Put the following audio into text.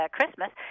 Christmas